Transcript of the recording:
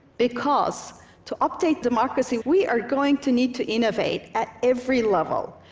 because to update democracy, we are going to need to innovate at every level,